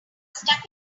stuck